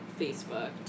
Facebook